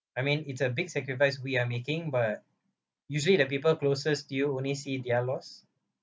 I mean it's a big sacrifice we are making but usually the people closest to you only see their loss